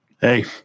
Hey